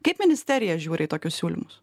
kaip ministerija žiūri į tokius siūlymus